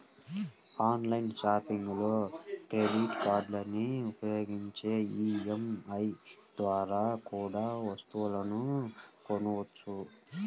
online షాపింగ్లో credit కార్డులని ఉపయోగించి ఈ.ఎం.ఐ ద్వారా కూడా వస్తువులను కొనొచ్చు